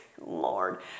Lord